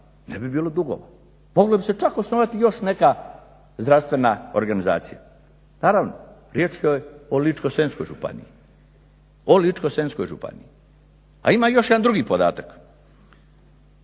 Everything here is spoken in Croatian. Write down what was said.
ne bi bilo dugo. Moglo bi se čak osnovati još neka zdravstvena organizacija. Naravno, riječ je o Ličko-senjskoj županiji. A ima još jedan drugi podatak.